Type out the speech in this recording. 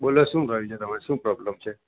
બોલો શું થાય છે તમારે શું પ્રોબ્લેમ છે